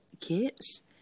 kids